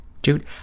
Dude